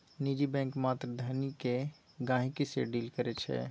निजी बैंक मात्र धनिक गहिंकी सँ डील करै छै